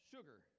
sugar